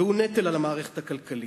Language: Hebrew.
והוא נטל על המערכת הכלכלית.